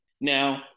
Now